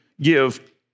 give